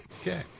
Okay